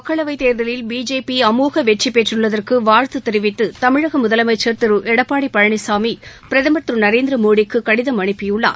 மக்களவைத் தேர்தலில் பிஜேபி அமோக வெற்றி பெற்றுள்ளதற்கு வாழ்த்து தெரிவித்து தமிழக முதலமைச்சா் திரு எடப்பாடி பழனிசாமி பிரதமா் திரு நரேந்திரமோடிக்கு கடிதம் அபைபியுள்ளார்